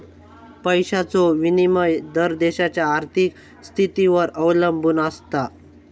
पैशाचो विनिमय दर देशाच्या आर्थिक स्थितीवर अवलंबून आसता